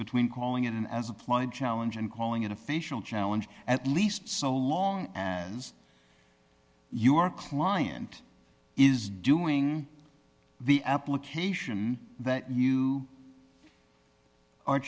between calling it an as applied challenge and calling it a facial challenge at least so long as your client is doing the application that you are